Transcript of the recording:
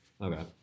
Okay